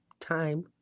Time